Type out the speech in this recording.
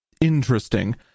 interesting